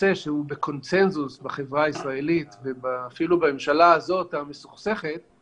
נושא שבקונסנזוס בחברה הישראלית ואפילו בממשלה הזאת המסוכסכת הוא